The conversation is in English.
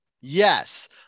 Yes